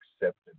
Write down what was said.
accepted